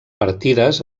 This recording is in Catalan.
partides